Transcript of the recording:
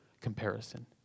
comparison